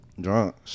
Drunk